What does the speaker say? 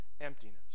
emptiness